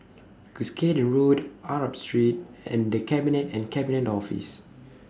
Cuscaden Road Arab Street and The Cabinet and Cabinet Office